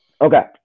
Okay